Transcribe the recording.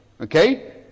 Okay